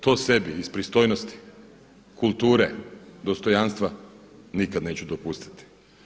To sebi iz pristojnosti, kulture, dostojanstva nikad neću dopustiti.